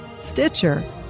Stitcher